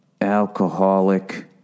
Alcoholic